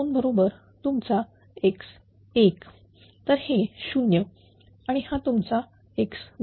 बरोबर तुमचा x1 तर हे 0 आणि हा तुमचा x2